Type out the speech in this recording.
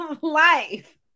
life